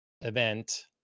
event